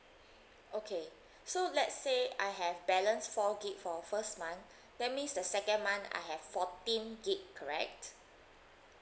okay so let's say I have balance four gig for first month that means the second month I have fourteen gig correct